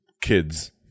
kids